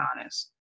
honest